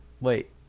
Wait